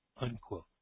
unquote